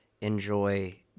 enjoy